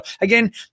again